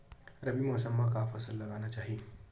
रबी मौसम म का फसल लगाना चहिए?